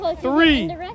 Three